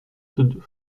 deux